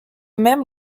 même